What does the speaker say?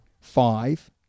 five